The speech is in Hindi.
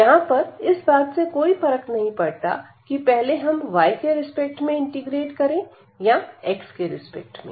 यहां पर इस बात से कोई फर्क नहीं पड़ता कि पहले हम y के रिस्पेक्ट में इंटीग्रेट करें या x के रिस्पेक्ट में